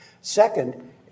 Second